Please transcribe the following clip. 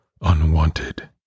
unwanted